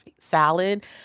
salad